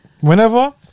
Whenever